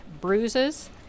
bruises